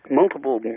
multiple